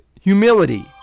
humility